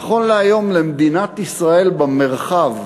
נכון להיום למדינת ישראל במרחב,